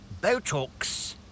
Botox